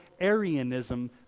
Arianism